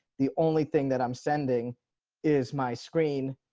the only thing that i'm sending is my screen.